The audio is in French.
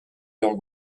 leurs